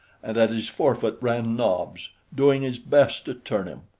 and at his forefoot ran nobs, doing his best to turn him.